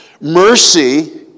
Mercy